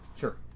sure